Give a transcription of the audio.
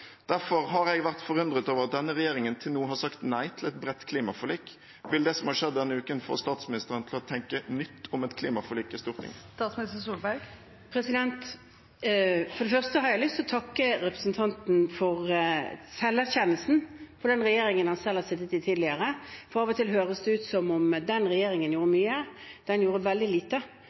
Derfor har jeg vært forundret over at denne regjeringen til nå har sagt nei til et bredt klimaforlik . Vil det som har skjedd denne uken, få statsministeren til å tenke nytt om et klimaforlik i Stortinget? For det første har jeg lyst til å takke representanten for selverkjennelsen når det gjelder den regjeringen han selv har sittet i tidligere, for av og til høres det ut som om den regjeringen gjorde mye. Den gjorde veldig lite,